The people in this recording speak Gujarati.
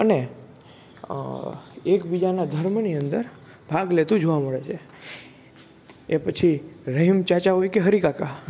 અને એકબીજાના ધર્મની અંદર ભાગ લેતું જોવા મળે છે એ પછી રહીમ ચાચા હોય કે હરિકાકા